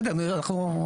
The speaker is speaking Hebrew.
בני, נו.